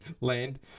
land